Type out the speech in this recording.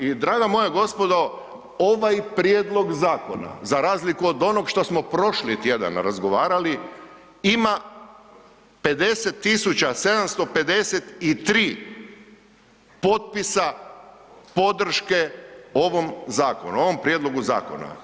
I draga moja gospodo, ovaj prijedlog zakona za razliku od onog što smo prošli tjedan razgovarali ima 50.753 potpisa podrške ovom zakonu, ovom prijedlogu zakona.